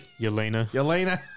Yelena